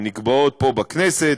הן נקבעות פה בכנסת,